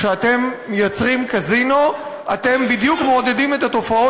כשאתם מייצרים קזינו אתם בדיוק מעודדים את התופעות